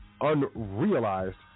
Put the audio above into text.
unrealized